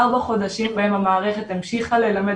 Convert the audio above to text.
ארבעה חודשים בהם המערכת המשיכה ללמד